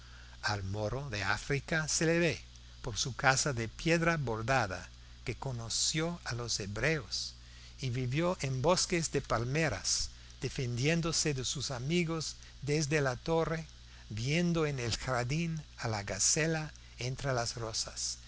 al moro de áfrica se le ve por su casa de piedra bordada que conoció a los hebreos y vivió en bosques de palmeras defendiéndose de sus enemigos desde la torre viendo en el jardín a la gacela entre las rosas